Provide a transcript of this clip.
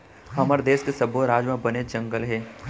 हमर देस के सब्बो राज म बनेच जंगल हे